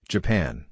Japan